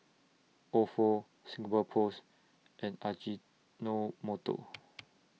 Ofo Singapore Post and Ajinomoto